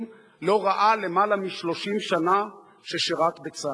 לא ראה למעלה מ-30 שנה של שירות בצה"ל.